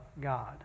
God